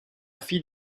fille